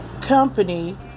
company